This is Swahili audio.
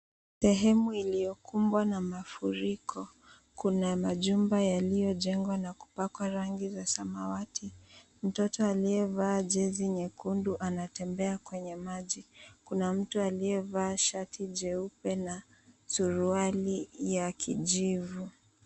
Sehemu iliyokumbwa na mafuriko. Kuna majumba yaliyojengwa na kupakwa rangi za samawati. Mtoto aliyevaa jezi nyekundu anatembea kwenye maji. Kuna mtu aliyevaa shati jeupe na suruali ya kijivu.